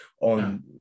on